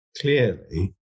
clearly